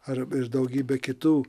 ar daugybė kitų